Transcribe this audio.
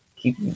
keep